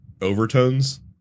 overtones